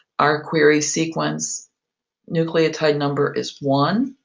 our query sequence nucleotide number is one.